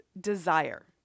desire